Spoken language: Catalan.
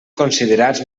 considerats